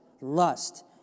lust